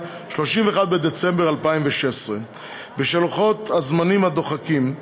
31 בדצמבר 2016. בשל לוחות הזמנים הדוחקים,